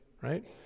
right